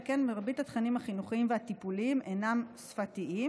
שכן מרבית התכנים החינוכיים והטיפוליים אינם שפתיים.